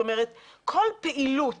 כל פעילות